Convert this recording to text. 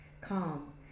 calm